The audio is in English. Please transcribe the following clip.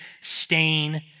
stain